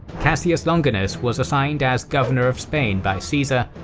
cassius longinus was assigned as governor of spain by caesar,